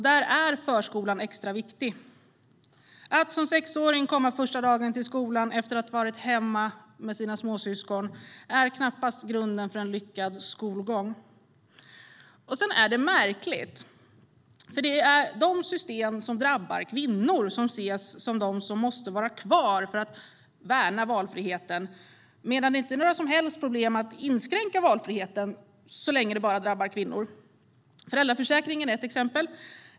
Där är förskolan extra viktig. Att som sexåring komma första dagen till skolan efter att ha varit hemma med sina småsyskon är knappast grunden för en lyckad skolgång. Det är märkligt att det anses att det är de system som drabbar kvinnor som måste vara kvar för att värna valfriheten, medan det inte är några som helst problem att inskränka valfriheten så länge den bara drabbar kvinnor. Föräldraförsäkringen är ett exempel.